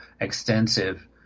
extensive